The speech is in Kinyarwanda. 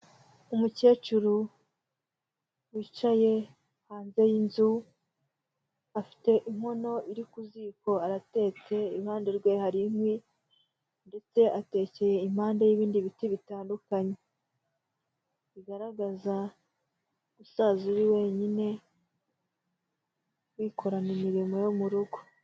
Umukecuru wicaye hanze y'inzu, afite inkono iri ku ziko aratetse, iruhande rwe hari inkwi ndetse atekeye impande y'ibindi biti bitandukanye, bigaragaza gusaza uri wenyine wikorana imirimo yo mu rugo.